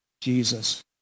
Jesus